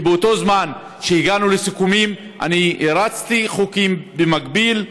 כי באותו זמן שהגענו לסיכומים אני הרצתי במקביל חוקים.